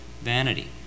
vanity